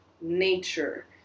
Nature